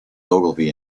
ogilvy